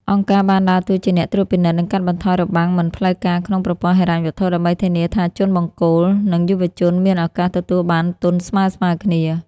អង្គការបានដើរតួជាអ្នកត្រួតពិនិត្យ និងកាត់បន្ថយរបាំងមិនផ្លូវការក្នុងប្រព័ន្ធហិរញ្ញវត្ថុ ដើម្បីធានាថាជនបង្គោល និងយុវជនមានឱកាសទទួលបានទុនស្មើៗគ្នា។